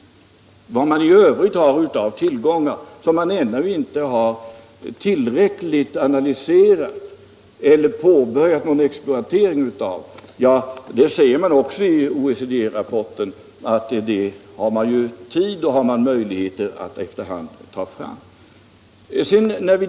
Beträffande de tillgångar som i övrigt finns men som ännu inte tillräckligt analyserats eller börjat exploateras säger man i rapporten att dem har man tid och möjlighet att efter hand ta fram.